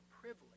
privilege